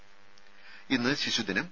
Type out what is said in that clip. ത ഇന്ന് ശിശുദിനം